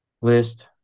List